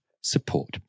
support